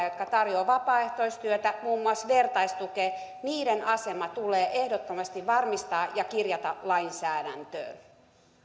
jotka tarjoavat vapaaehtoistyötä muun muassa vertaistukea niiden asema tulee ehdottomasti varmistaa ja kirjata lainsäädäntöön